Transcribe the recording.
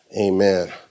Amen